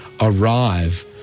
arrive